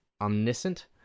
omniscient